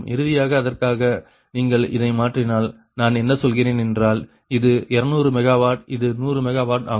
இறுதியாக அதற்காக நீங்கள் இதை மாற்றினால் நான் என்ன சொல்கிறேன் என்றால் இது 200 MW இது 100 MW ஆகும்